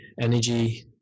energy